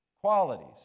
qualities